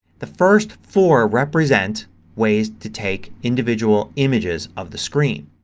the first four represent ways to take individual images of the screen.